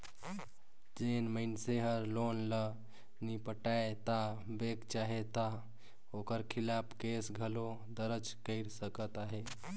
जेन मइनसे हर लोन ल नी पटाय ता बेंक चाहे ता ओकर खिलाफ केस घलो दरज कइर सकत अहे